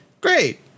great